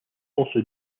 also